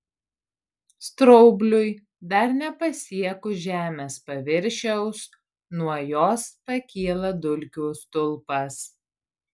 straubliui dar nepasiekus žemės paviršiaus nuo jos pakyla dulkių stulpas